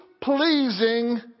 pleasing